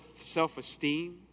self-esteem